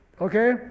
okay